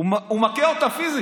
הוא היה מכה אותו פיזית.